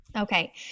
Okay